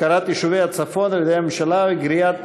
הפקרת יישובי הצפון על-ידי הממשלה וגריעת